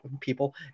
people